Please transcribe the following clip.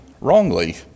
wrongly